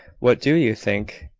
what do you think?